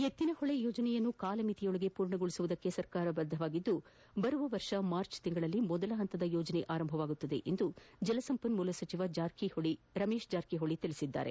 ಎತ್ತಿನಹೊಳೆ ಯೋಜನೆಯನ್ನು ಕಾಲಮಿತಿಯೊಳಗೆ ಪೂರ್ಣಗೊಳಿಸುವುದಕ್ಕೆ ಸರ್ಕಾರ ಬದ್ದವಾಗಿದ್ದು ಬರುವ ವರ್ಷ ಮಾರ್ಚ್ನಲ್ಲಿ ಮೊದಲ ಹಂತದ ಯೋಜನೆ ಆರಂಭವಾಗಲಿದೆ ಎಂದು ಜಲಸಂಪನ್ಮೂಲ ಸಚಿವ ರಮೇಶ್ ಜಾರಕಿ ಹೊಳಿ ತಿಳಿಸಿದ್ದಾರೆ